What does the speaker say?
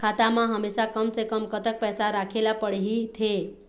खाता मा हमेशा कम से कम कतक पैसा राखेला पड़ही थे?